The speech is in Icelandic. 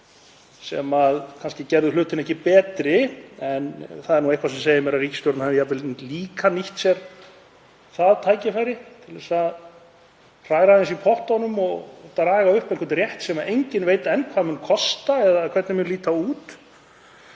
inn í sem gerðu hlutina kannski ekki betri en það er eitthvað sem segir mér að ríkisstjórnin hafi jafnvel líka nýtt sér það tækifæri til að hræra aðeins í pottunum og draga upp einhvern rétt sem enginn veit enn hvað mun kosta eða hvernig mun líta út.